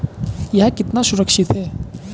यह कितना सुरक्षित है?